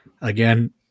again